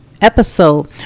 episode